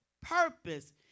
purpose